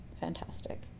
fantastic